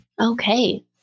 Okay